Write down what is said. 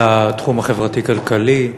על התחום החברתי-כלכלי,